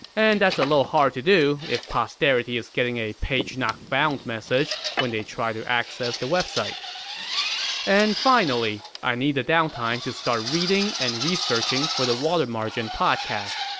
and that's a little hard to do if posterity is getting a page-not-found message when they try to access the website and finally, i need the down time to start reading and researching for the water margin podcast.